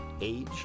age